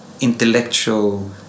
intellectual